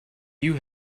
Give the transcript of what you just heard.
you